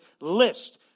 list